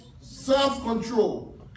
self-control